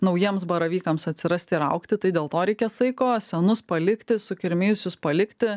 naujiems baravykams atsirasti ir augti tai dėl to reikia saiko senus palikti sukirmijusius palikti